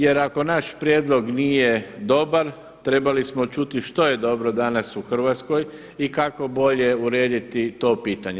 Jer ako naš prijedlog nije dobar, trebali smo čuti što je dobro danas u Hrvatskoj i kako bolje urediti to pitanje.